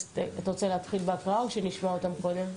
אז אתה רוצה להתחיל בהקראה או שנשמע אותם קודם?